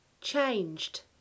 changed